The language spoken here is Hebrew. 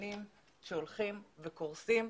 קטנים שהולכים וקורסים,